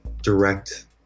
direct